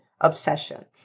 obsession